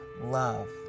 love